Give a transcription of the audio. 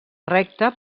recta